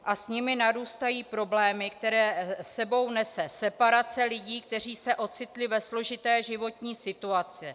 A s nimi narůstají problémy, které s sebou nese separace lidí, kteří se ocitli ve složité životní situaci.